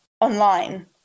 online